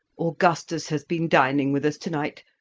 augustus has been dining with us to-night.